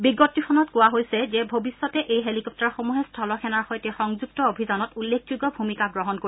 বিজ্ঞপ্তিখনত কোৱা হৈছে যে ভিৱষ্যতে এই হেলিকপ্টাৰসমূহে স্থলসেনাৰ সৈতে সংযুক্ত অভিযানত উল্লেখযোগ্য ভূমিকা গ্ৰহণ কৰিব